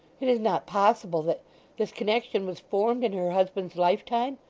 it is not possible that this connection was formed in her husband's lifetime,